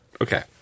Okay